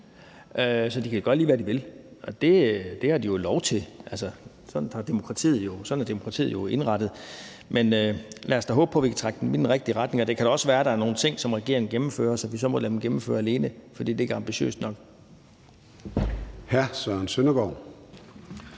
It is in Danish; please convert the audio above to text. så de kan gøre, lige hvad de vil, og det har de jo lov til, for sådan er demokratiet jo indrettet. Men lad os da håbe på, at vi kan trække dem i den rigtige retning, og det kan da også være, at der er nogle ting, som regeringen gennemfører, som vi så må lade dem gennemføre alene, fordi det ikke er ambitiøst nok.